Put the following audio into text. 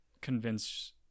convince